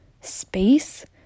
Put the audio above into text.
Space